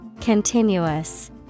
continuous